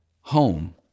home